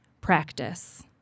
practice